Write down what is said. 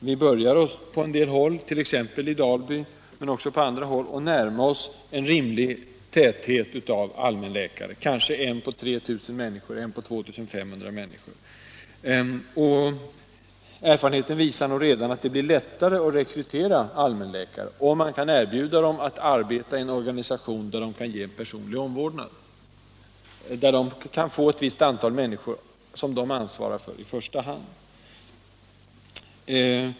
Vi börjar på en del håll, t.ex. i Dalby, att närma oss en rimlig täthet av allmänläkare, kanske en på 2 500-3 000 människor. Erfarenheten visar redan att det blir lättare att rekrytera allmänläkare om man kan erbjuda dem att arbeta i en organisation där de kan ge personlig omvårdnad, där de kan få ett visst antal människor som de ansvarar för i första hand.